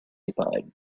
occupied